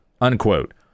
Unquote